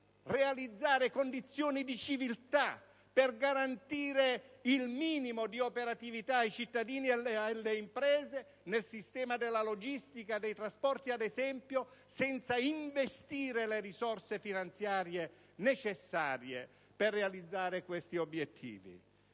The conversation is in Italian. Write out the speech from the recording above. realizzare condizioni di civiltà per garantire il minimo di operatività ai cittadini e alle imprese, ad esempio nel sistema della logistica e dei trasporti, senza investire le risorse finanziarie necessarie per realizzare questi obiettivi.